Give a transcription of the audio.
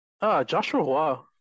Joshua